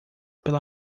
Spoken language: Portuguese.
pela